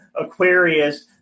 Aquarius